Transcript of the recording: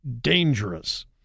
dangerous